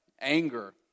Anger